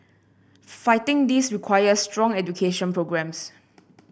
fighting this requires strong education programmes